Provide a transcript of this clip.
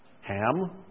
Ham